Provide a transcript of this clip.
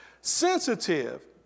sensitive